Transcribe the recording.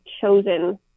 chosen